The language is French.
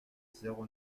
zéro